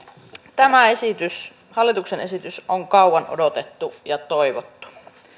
tämä hallituksen esitys on kauan odotettu ja toivottu